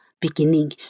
beginning